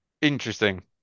interesting